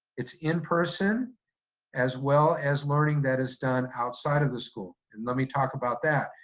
it's in-person as well as learning that is done outside of the school. and let me talk about that.